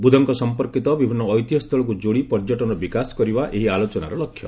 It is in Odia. ବୁଦ୍ଧଙ୍କ ସଂପର୍କିତ ବିଭିନ୍ନ ଐତିହ୍ୟସ୍ଥଳୀକୁ ଯୋଡ଼ି ପର୍ଯ୍ୟଟନର ବିକାଶ କରିବା ଏହି ଆଲୋଚନାର ଲକ୍ଷ୍ୟ